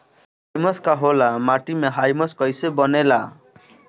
Humus का होला माटी मे ह्यूमस कइसे बनेला?